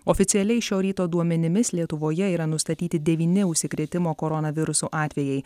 oficialiai šio ryto duomenimis lietuvoje yra nustatyti devyni užsikrėtimo koronavirusu atvejai